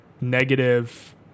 negative